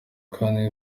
kandi